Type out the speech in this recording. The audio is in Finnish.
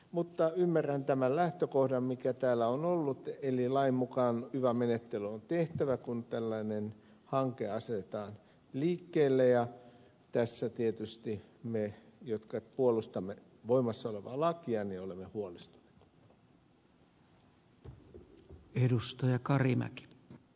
mutta ymmärrän tämän lähtökohdan mikä täällä on ollut eli lain mukaan yva menettely on tehtävä kun tällainen hanke asetetaan liikkeelle ja tässä tietysti me jotka puolustamme voimassa olevaa lakia olemme huolestuneita